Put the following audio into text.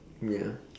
ya